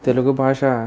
తెలుగు భాష